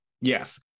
Yes